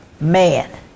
man